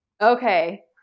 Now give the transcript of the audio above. Okay